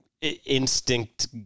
instinct